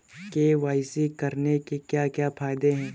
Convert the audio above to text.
KYC करने के क्या क्या फायदे हैं?